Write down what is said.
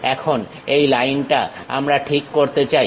এখন এই লাইনটা আমরা ঠিক করতে চাই